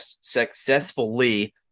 successfully